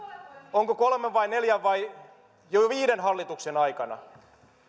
onko kolmen vai neljän vai jo jo viiden hallituksen aikana